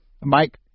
Mike